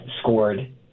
scored